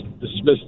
dismissed